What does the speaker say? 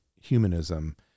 Humanism